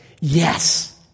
yes